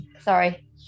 Sorry